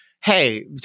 hey